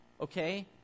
Okay